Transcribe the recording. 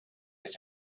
that